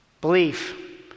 Belief